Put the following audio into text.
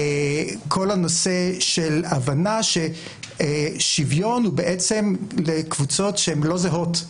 כל הנושא של הבנה ששוויון הוא בעצם לקבוצות שהן לא זהות,